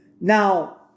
Now